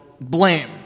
blame